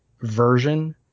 version